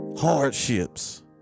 hardships